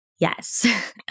Yes